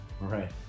right